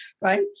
right